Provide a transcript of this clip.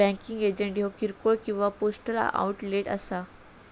banking agent ह्या किरकोळ किंवा पोस्टल आउटलेट असा